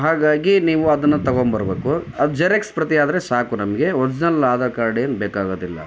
ಹಾಗಾಗಿ ನೀವು ಅದನ್ನು ತಗೊಂಬರಬೇಕು ಅದು ಜೆರಕ್ಸ್ ಪ್ರತಿ ಆದರೆ ಸಾಕು ನಮಗೆ ಒರ್ಜಿನಲ್ ಆಧಾರ್ ಕಾರ್ಡ್ ಏನು ಬೇಕಾಗೋದಿಲ್ಲ